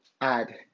add